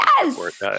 Yes